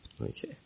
Okay